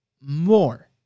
more